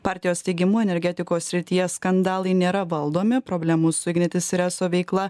partijos teigimu energetikos srityje skandalai nėra valdomi problemų su ignitis ir eso veikla